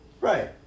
Right